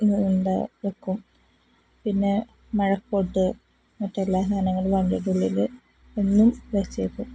വെയ്ക്കും പിന്നെ മഴക്കോട്ട് മറ്റെല്ലാ സാധനങ്ങളും വണ്ടിയുടെയുള്ളില് എന്നും വെച്ചേക്കും